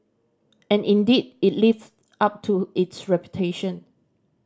and indeed it lives up to its reputation